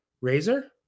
Razor